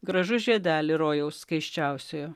gražus žiedeli rojaus skaisčiausiojo